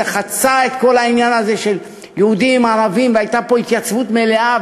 זה חצה את כל העניין הזה של יהודים וערבים והייתה פה התייצבות מלאה,